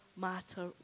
matter